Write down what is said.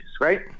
right